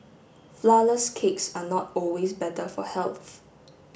flourless cakes are not always better for health